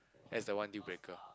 that's the one deal breaker